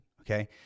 Okay